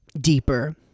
deeper